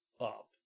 up